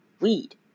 weed